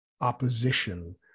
opposition